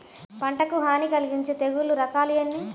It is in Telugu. పంటకు హాని కలిగించే తెగుళ్ల రకాలు ఎన్ని?